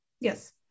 Yes